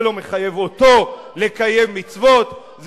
זה לא מחייב אותו לקיים מצוות,